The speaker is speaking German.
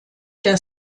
der